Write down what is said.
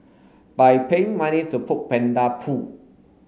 by paying money to poke panda poo